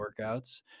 workouts